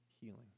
healing